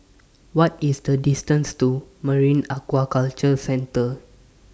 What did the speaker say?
What IS The distance to Marine Aquaculture Centre